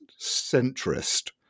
centrist